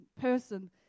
person